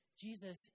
Jesus